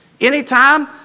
Anytime